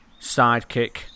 sidekick